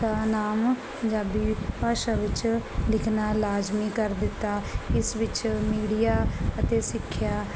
ਦਾ ਨਾਮ ਪੰਜਾਬੀ ਭਾਸ਼ਾ ਵਿੱਚ ਲਿਖਣਾ ਲਾਜ਼ਮੀ ਕਰ ਦਿੱਤਾ ਇਸ ਵਿੱਚ ਮੀਡੀਆ ਅਤੇ ਸਿੱਖਿਆ